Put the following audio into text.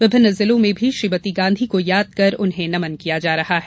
विभिन्न जिलो में भी श्रीमती गांधी को याद कर उन्हें नमन किया जा रहा है